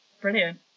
brilliant